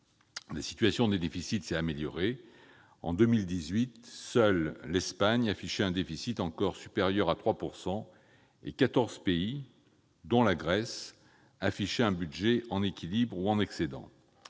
La situation des déficits s'est améliorée. En 2018, seule l'Espagne affichait un déficit encore supérieur à 3 %, et quatorze pays, dont la Grèce, présentaient un budget en équilibre ou en excédent.